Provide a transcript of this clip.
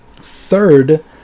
Third